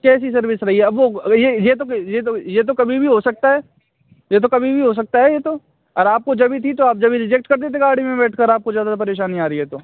कैसी सर्विस भैया अब वह यह यह तो यह तो यह तो कभी भी हो सकता है यह तो कभी भी हो सकता है यह तो और आपको जभी थी तो आप जभी रिजेक्ट कर देते गाड़ी में बैठकर आपको ज़्यादा परेशानी आ रही है तो